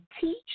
teach